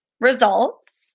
results